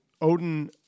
Odin